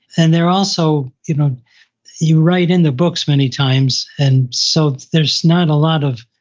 and they're also, you know you write in the books many times, and so theirs' not a lot of,